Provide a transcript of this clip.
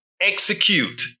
execute